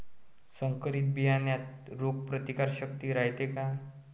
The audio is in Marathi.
संकरित बियान्यात रोग प्रतिकारशक्ती रायते का?